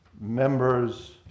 members